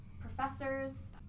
professors